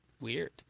Weird